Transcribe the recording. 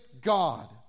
God